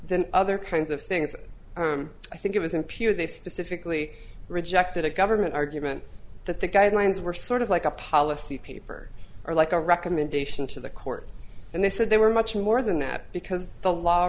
than other kinds of things i think it was in pew they specifically rejected a government argument that the guidelines were sort of like a policy paper or like a recommendation to the court and they said they were much more than that because the law